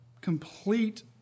complete